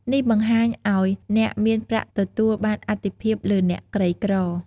នេះបណ្ដាលឲ្យអ្នកមានប្រាក់ទទួលបានអាទិភាពលើអ្នកក្រីក្រ។